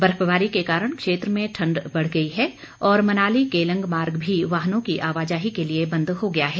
बर्फबारी के कारण क्षेत्र में ठंड बढ़ गई है और मनाली केलंग मार्ग भी वाहनों की आवजाही के लिए बंद हो गया है